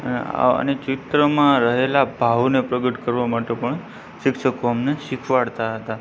અને આ અને ચિત્રમાં રહેલા ભાવને પ્રગટ કરવા માટે પણ શિક્ષકો અમને શીખવાડતા હતા